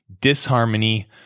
disharmony